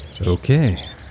Okay